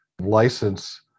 license